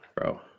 bro